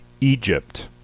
Egypt